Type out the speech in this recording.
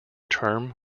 term